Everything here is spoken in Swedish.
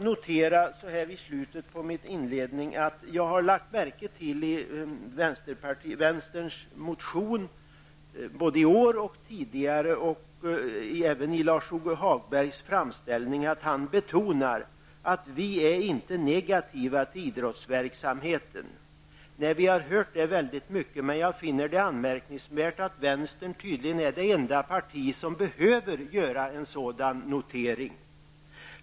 Jag har lagt märke till att man i vänsterns motioner både i år och tidigare och även i Lars-Ove Hagbergs framställning betonar att man inte är negativ till idrottsverksamhet. Nej, vi har hört det, men jag finner det anmärkningsvärt att vänstern tydligen är det enda parti som behöver göra en sådan notering.